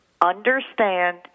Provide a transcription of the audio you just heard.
understand